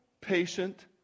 patient